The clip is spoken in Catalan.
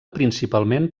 principalment